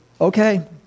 okay